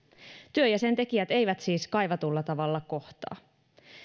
työ ja sen tekijät eivät siis kaivatulla tavalla kohtaa